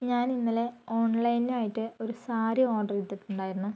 ഞാൻ ഇന്നലെ ഓൺലൈനിലായിട്ട് ഒരു സാരി ഓർഡർ ചെയ്തിട്ടുണ്ടായിരുന്നു